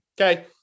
Okay